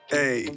Hey